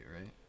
right